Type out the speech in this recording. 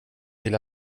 vill